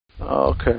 Okay